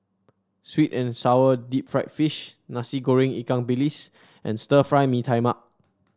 sweet and sour Deep Fried Fish Nasi Goreng Ikan Bilis and Stir Fry Mee Tai Mak